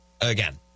again